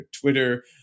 Twitter